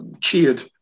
cheered